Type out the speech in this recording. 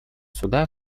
суда